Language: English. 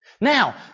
Now